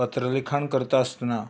पत्र लिखाण करतासतना